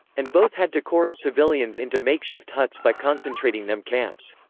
and both had to corrall civilians into makeshift huts by concentrating them camps.